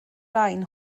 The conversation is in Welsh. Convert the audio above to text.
rain